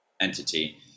entity